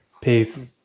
Peace